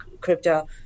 crypto